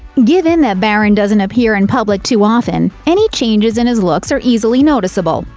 given that barron doesn't appear in public too often, any changes in his looks are easily noticeable.